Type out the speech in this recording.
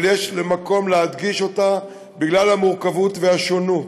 אבל יש מקום להדגיש אותה בגלל המורכבות והשונות.